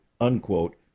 unquote